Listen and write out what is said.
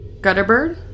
Gutterbird